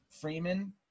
Freeman